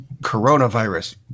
coronavirus